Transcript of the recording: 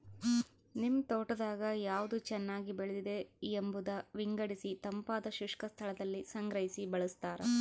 ನಿಮ್ ತೋಟದಾಗ ಯಾವ್ದು ಚೆನ್ನಾಗಿ ಬೆಳೆದಿದೆ ಎಂಬುದ ವಿಂಗಡಿಸಿತಂಪಾದ ಶುಷ್ಕ ಸ್ಥಳದಲ್ಲಿ ಸಂಗ್ರಹಿ ಬಳಸ್ತಾರ